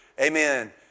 Amen